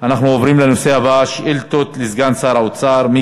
פיצול הצעת חוק לשינוי סדרי עדיפויות לאומיים